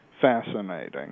fascinating